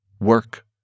work